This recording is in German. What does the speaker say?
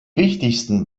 wichtigsten